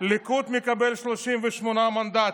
הליכוד מקבל 38 מנדטים.